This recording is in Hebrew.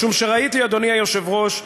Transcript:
משום שראיתי, אדוני היושב-ראש,